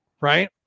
Right